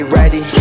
ready